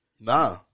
Nah